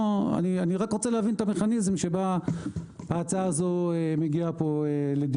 אני רק רוצה להבין את המכניזם שההצעה הזאת מביאה פה לדיון.